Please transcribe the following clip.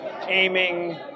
aiming